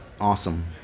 Awesome